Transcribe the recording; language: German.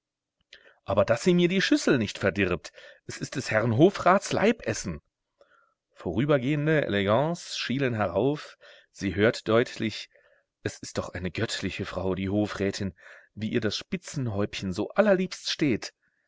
aber daß sie mir die schüssel nicht verdirbt es ist des herrn hofrats leibessen vorübergehende elegants schielen herauf sie hört deutlich es ist doch eine göttliche frau die hofrätin wie ihr das spitzenhäubchen so allerliebst steht